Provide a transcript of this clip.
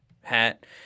hat